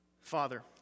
Father